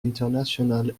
international